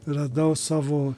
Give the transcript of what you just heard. radau savo